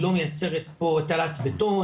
היא לא מייצרת פה תעלת בטון,